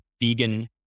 vegan